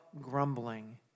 grumbling